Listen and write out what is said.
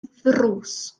ddrws